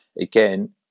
again